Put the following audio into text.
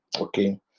Okay